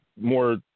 more